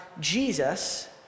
Jesus